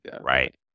Right